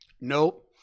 Nope